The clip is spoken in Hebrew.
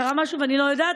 קרה משהו ואני לא יודעת?